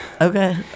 Okay